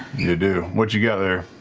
you do. what you got